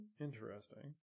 Interesting